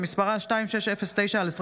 שמספרה פ/2609/25.